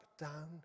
down